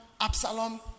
Absalom